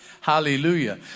Hallelujah